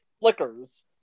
Flickers